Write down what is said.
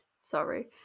Sorry